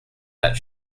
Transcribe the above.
that